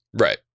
Right